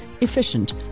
efficient